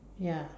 ya